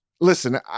listen